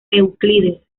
euclides